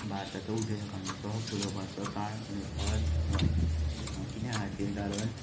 भारताचो उद्देजकांचो फुलोपाचो काण गोंय किद्या खातीर कारण